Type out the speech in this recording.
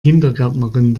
kindergärtnerin